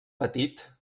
petit